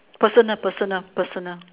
personal personal personal